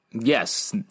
Yes